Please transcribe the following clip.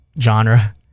genre